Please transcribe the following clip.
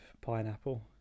pineapple